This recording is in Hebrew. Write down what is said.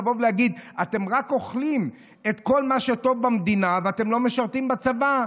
לבוא ולהגיד שאתם רק אוכלים את כל מה שטוב במדינה ואתם לא משרתים בצבא?